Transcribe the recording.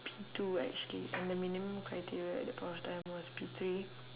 P two actually and the minimum criteria at that point of time was P three